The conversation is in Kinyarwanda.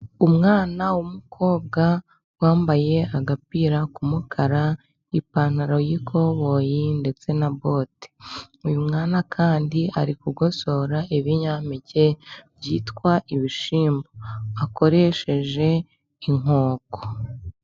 Umwana w'umukobwa wambaye agapira k'umukara ,ipantaro y'ikoboyi ndetse na bote. Uyu mwana kandi ari kugosora ibinyampeke byitwa ibishyimbo akoresheje inkoko.